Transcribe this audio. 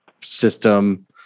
system